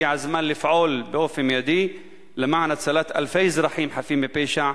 הגיע הזמן לפעול באופן מיידי למען הצלת אלפי אזרחים חפים מפשע